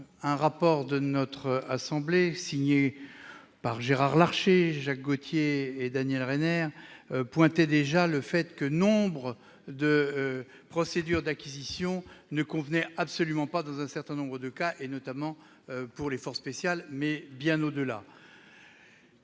d'information de notre assemblée signé par Gérard Larcher, Jacques Gautier et Daniel Reiner pointait déjà le fait que nombre de procédures d'acquisition ne convenaient absolument pas dans un certain nombre de cas, notamment pour les forces spéciales ? Il faut aborder